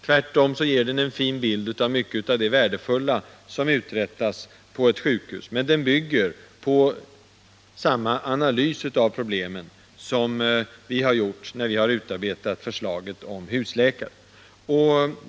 Tvärtom ger den en fin bild av mycket av det värdefulla som uträttas på ett sjukhus. Men den bygger på samma analys av problemen som vi har gjort, när vi har utarbetat förslaget om husläkare.